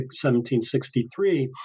1763